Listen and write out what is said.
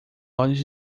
olhos